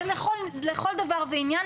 לכל דבר ועניין.